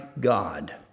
God